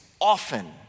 often